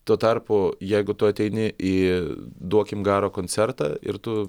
tuo tarpu jeigu tu ateini į duokim garo koncertą ir tu